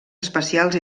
especials